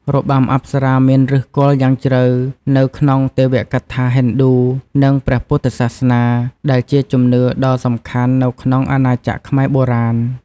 របាំអប្សរាមានឫសគល់យ៉ាងជ្រៅនៅក្នុងទេវកថាហិណ្ឌូ និងព្រះពុទ្ធសាសនា ដែលជាជំនឿដ៏សំខាន់នៅក្នុងអាណាចក្រខ្មែរបុរាណ។